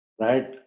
right